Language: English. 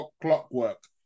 clockwork